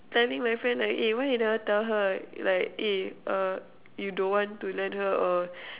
telling my friend like eh why you never tell her like eh uh you don't want to lend her or